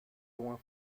loin